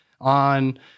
On